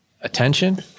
attention